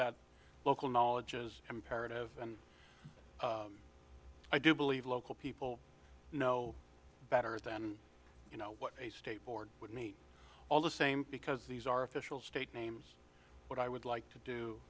that local knowledge is imperative and i do believe local people know better than you know what a state board would meet all the same because these are official state names what i would like to do